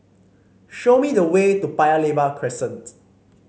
show me the way to Paya Lebar Crescent